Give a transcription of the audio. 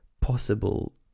possible